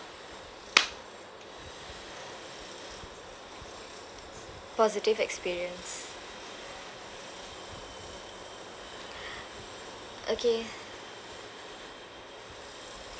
positive experience okay